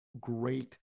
great